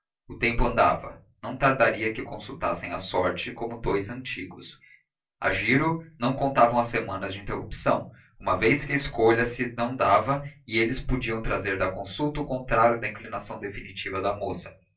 o tempo andava não tardaria que consultassem a sorte como dous antigos a rigor não contavam as semanas de interrupção uma vez que a escolha se não dava e eles podiam trazer da consulta o contrário da inclinação definitiva da moça